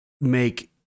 make